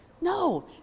no